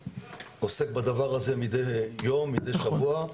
עוסקים בדבר הזה מידי יום ומידי שבוע.